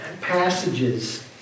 passages